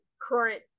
current